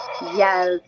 Yes